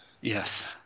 Yes